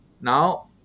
now